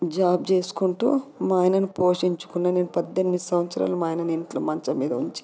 job చేసుకుంటూ మా ఆయనను పోషించుకున్న నేను పద్దెనిమిది సంవత్సరాలు మా ఆయనను ఇంట్లో మంచం మీద ఉంచి